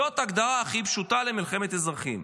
זאת ההגדרה הכי פשוטה למלחמת אזרחים.